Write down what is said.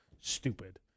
stupid